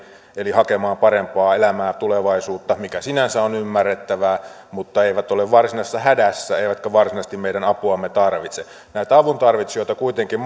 eli hakemaan parempaa elämää tulevaisuutta mikä sinänsä on ymmärrettävää mutta eivät ole varsinaisessa hädässä eivätkä varsinaisesti meidän apuamme tarvitse näitä avuntarvitsijoita kuitenkin